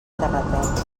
terrateig